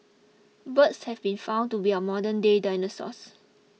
birds have been found to be our modernday dinosaurs